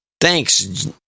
Thanks